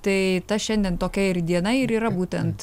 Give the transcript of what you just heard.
tai ta šiandien tokia ir diena ir yra būtent